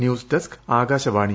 news desk Akashvani